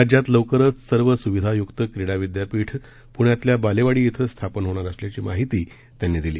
राज्यात लवकरच सर्व स्विधाय्क्त क्रीडा विद्यापीठ प्ण्यातल्या बालेवाडी इथं स्थापन होणार असल्याची माहिती त्यांनी दिली